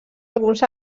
alguns